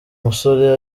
musore